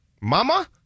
Mama